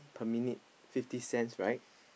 per minute fifty cents right